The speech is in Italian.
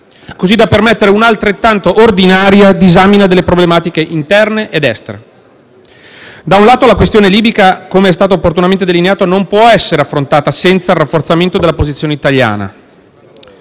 così da permettere un'altrettanto ordinaria disamina delle problematiche interne ed estere. Da un lato la questione libica, com'è stato opportunamente delineato, non può essere affrontata senza un rafforzamento della posizione italiana